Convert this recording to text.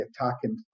attacking